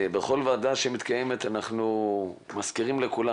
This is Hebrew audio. בכל ועדה שמתקיימת אנחנו מזכירים לכולם,